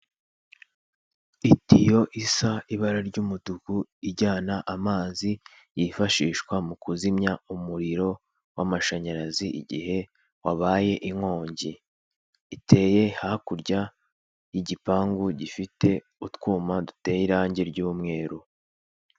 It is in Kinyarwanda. Itiyo isa ibara ry'umutuku, ijyana amazi yifashishwa mu kuzimya umuriro w'amashanyarazi igihe wabaye inkongi. Iteye hakurya y'igipangu gifite utwuma duteye irangi ry'umweru.